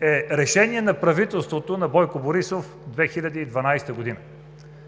е решение на правителството на Бойко Борисов през 2012 г.